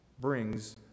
brings